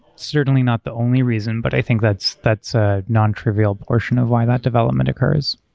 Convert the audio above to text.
certainly not the only reason, but i think that's that's a nontrivial portion of why that development occurs.